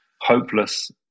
hopeless